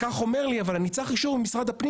הפקח אומר לי: אבל אני צריך אישור ממשרד הפנים